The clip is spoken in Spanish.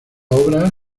obra